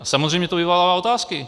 Samozřejmě to vyvolává otázky.